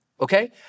okay